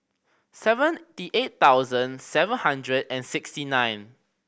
seventy eight thousand seven hundred and sixty nine